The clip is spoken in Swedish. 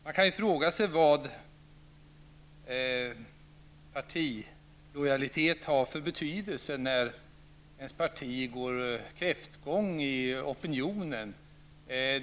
Man kan fråga sig vad partilojalitet har för betydelse när ens parti går kräftgång i opinionen.